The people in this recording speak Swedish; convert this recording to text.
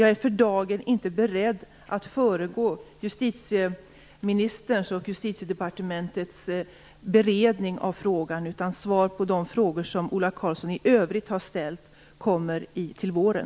Jag är för dagen inte beredd att föregå justitieministerns och Justitiedepartementets beredning av frågan. Svar på de frågor som Ola Karlsson i övrigt har ställt kommer till våren.